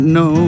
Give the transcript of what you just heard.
no